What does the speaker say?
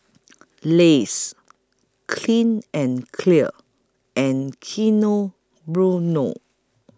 Lays Clean and Clear and Keynote Bueno